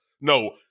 No